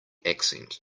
accent